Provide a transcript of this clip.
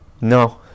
No